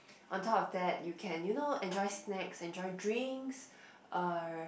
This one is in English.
on top of that you can you know enjoy snacks enjoy drinks err